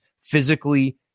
Physically